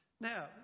Now